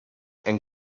and